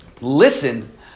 listen